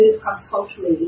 cross-culturally